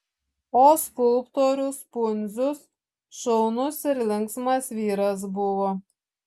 o skulptorius pundzius šaunus ir linksmas vyras buvo